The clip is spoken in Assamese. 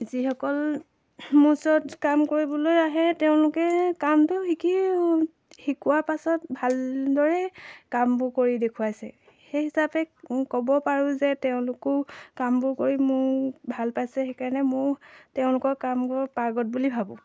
যিসকল মোৰ ওচৰত কাম কৰিবলৈ আহে তেওঁলোকে কামটো শিকি শিকোৱাৰ পাছত ভালদৰেই কামবোৰ কৰি দেখুৱাইছে সেই হিচাপে ক'ব পাৰোঁ যে তেওঁলোকো কামবোৰ কৰি মোক ভাল পাইছে সেইকাৰণে ময়ো তেওঁলোকৰ কামবোৰ পাৰ্গত বুলি ভাবোঁ